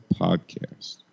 podcast